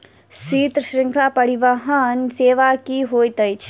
शीत श्रृंखला परिवहन सेवा की होइत अछि?